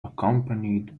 accompanied